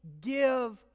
give